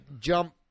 jump